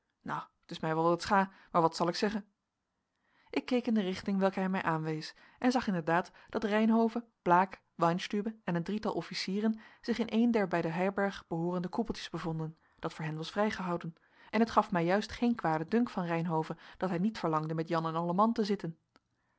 nou t is mij wel wat scha maar wat zal ik zeggen ik keek in de richting welke hij mij aanwees en zag inderdaad dat reynhove blaek weinstübe en een drietal officieren zich in een der bij de herberg behoorende koepeltjes bevonden dat voor hen was vrijgehouden en het gaf mij juist geen kwaden dunk van reynhove dat hij niet verlangde met jan en alleman te zitten